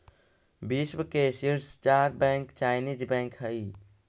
विश्व के शीर्ष चार बैंक चाइनीस बैंक हइ